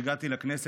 כשהגעתי לכנסת,